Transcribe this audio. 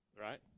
Right